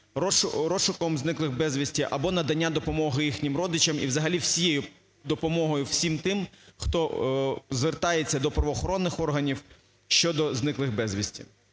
розшуком зниклих безвісти або надання допомоги їхнім родичам і взагалі всією допомогою всім тим, хто звертається до правоохоронних органів щодо зниклих безвісти.